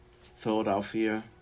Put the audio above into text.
Philadelphia